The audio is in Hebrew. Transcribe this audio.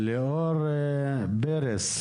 עורכת דין ליאור ברס,